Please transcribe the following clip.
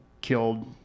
killed